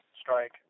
strike